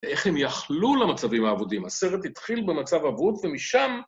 ואיך הם יכלו למצבים האבודים. הסרט התחיל במצב אבוד ומשם...